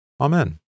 Amen